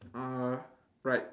uh right